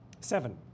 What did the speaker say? Seven